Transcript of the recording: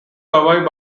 survived